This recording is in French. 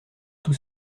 tout